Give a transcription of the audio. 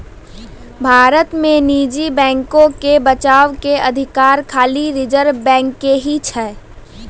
भारत मे निजी बैको के बचाबै के अधिकार खाली रिजर्व बैंक के ही छै